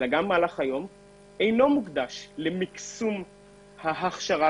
אינו מוקדש למקסום ההכשרה